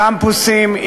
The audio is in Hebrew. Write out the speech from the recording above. קמפוסים,